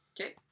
okay